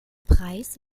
preis